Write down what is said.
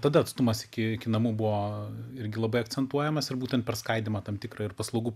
tada atstumas iki iki namų buvo irgi labai akcentuojamas ir būtent per skaidymą tam tikrą ir paslaugų